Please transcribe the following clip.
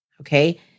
okay